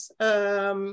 yes